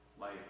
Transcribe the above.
life